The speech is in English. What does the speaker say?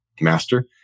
Master